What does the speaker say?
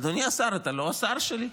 אדוני השר, אתה לא השר שלי.